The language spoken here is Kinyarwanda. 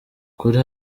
kuri